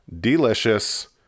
Delicious